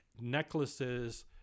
Necklaces